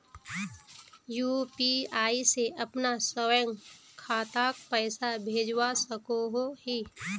UPI से अपना स्वयं खातात पैसा भेजवा सकोहो ही?